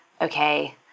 okay